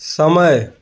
समय